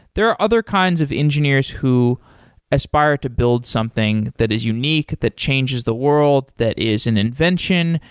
there are other kinds of engineers who aspire to build something that is unique, that changes the world, that is an invention,